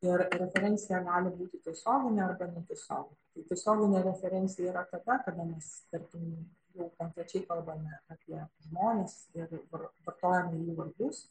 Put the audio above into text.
ir referencija gali būti tiesioginė arba netiesioginė tai tiesioginė referencija yra tada kada mes tarkim jau konkrečiai kalbame apie žmones ir var vartojame jų vardus